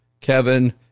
Kevin